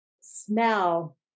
smell